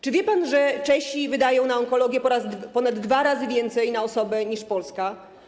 Czy wie pan, że Czesi wydają na onkologię ponad dwa razy więcej na osobę niż Polska?